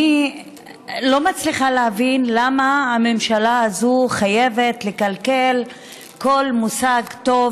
אני לא מצליחה להבין למה הממשלה הזאת חייבת לקלקל כל מושג טוב,